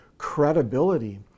credibility